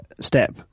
step